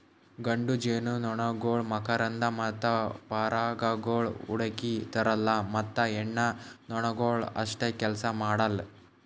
ಗಂಡು ಜೇನುನೊಣಗೊಳ್ ಮಕರಂದ ಮತ್ತ ಪರಾಗಗೊಳ್ ಹುಡುಕಿ ತರಲ್ಲಾ ಮತ್ತ ಹೆಣ್ಣ ನೊಣಗೊಳ್ ಅಪ್ಲೇ ಕೆಲಸ ಮಾಡಲ್